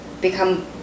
become